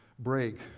break